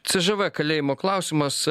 c ž v kalėjimo klausimas